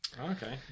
Okay